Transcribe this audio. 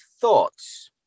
thoughts